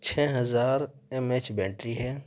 چھ ہزار M H battery ہے